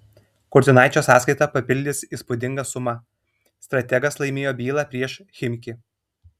kurtinaičio sąskaitą papildys įspūdinga suma strategas laimėjo bylą prieš chimki